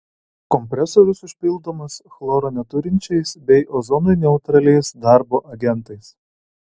kompresorius užpildomas chloro neturinčiais bei ozonui neutraliais darbo agentais